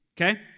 Okay